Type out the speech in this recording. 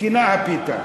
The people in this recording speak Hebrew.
מסכנה הפיתה.